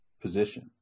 position